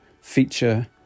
feature